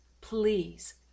please